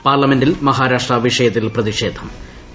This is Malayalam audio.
പാർലമെന്റിൽ മഹാരാഷ്ട്ര വിഷ്യത്തിൽ പ്രതിഷേധം ടി